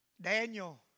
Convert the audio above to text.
Daniel